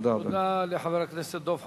תודה לחבר הכנסת דב חנין.